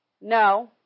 no